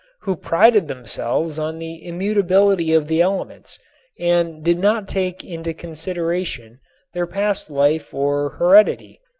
who prided themselves on the immutability of the elements and did not take into consideration their past life or heredity.